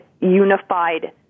unified